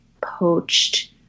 poached